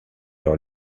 leur